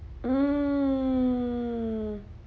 mm